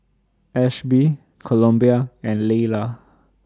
Ashby Columbia and Laylah